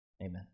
Amen